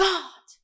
God